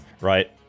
right